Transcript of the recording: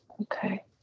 Okay